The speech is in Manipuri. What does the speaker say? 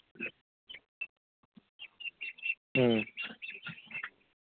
ꯎꯝ